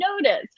noticed